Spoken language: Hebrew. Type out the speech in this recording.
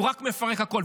הוא רק מפרק הכול,